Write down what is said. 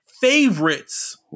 favorites